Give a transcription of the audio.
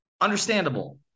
Understandable